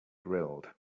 grilled